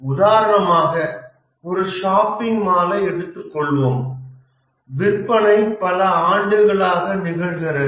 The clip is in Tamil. உதாரணமாக ஒரு ஷாப்பிங் மாலை எடுத்துக்கொள்வோம் விற்பனை பல ஆண்டுகளாக நிகழ்கிறது